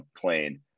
plane